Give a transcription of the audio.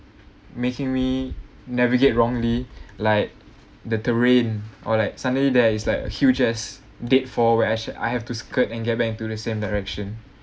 making me navigate wrongly like the terrain or like suddenly there is like a huge ass dead fall where should I have to skirt and get back into the same direction